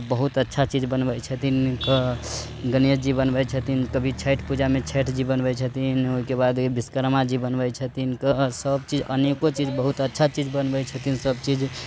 बहुत अच्छा चीज बनबैत छथिन कऽ गणेश जी बनबैत छथिन कभी छठि पूजामे छठि जी बनबैत छथिन ओहिके बाद विश्वकर्मा जी बनबैत छथिन हिनका सभचीज अनेको चीज बहुत अच्छा चीज बनबैत छथिन सभ चीज